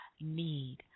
need